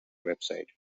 website